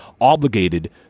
obligated